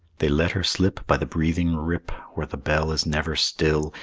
they let her slip by the breathing rip, where the bell is never still,